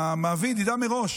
המעביד ידע מראש.